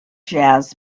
jazz